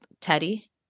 teddy